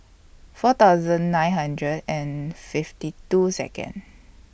four thousand nine hundred and fifty two Second